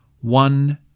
one